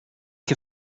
que